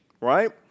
right